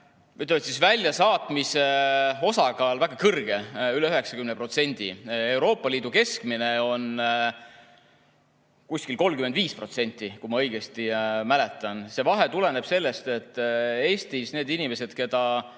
ütleme siis, väljasaatmiste osakaal väga kõrge, üle 90%. Euroopa Liidu keskmine on umbes 35%, kui ma õigesti mäletan. See vahe tuleneb sellest, et Eestis on nende inimeste